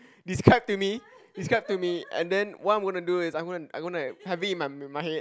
describe to me describe to me and then what I'm gonna do is I'm gonna I'm gonna to have it in my my head